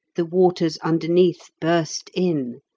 the waters underneath burst in,